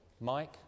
Mike